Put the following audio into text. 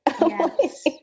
Yes